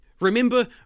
Remember